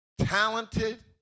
talented